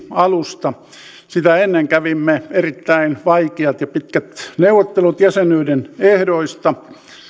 alusta sitä ennen kävimme erittäin vaikeat ja pitkät neuvottelut jäsenyyden ehdoista